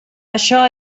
això